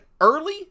early